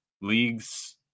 leagues